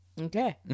Okay